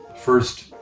first